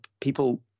people